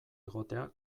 egotea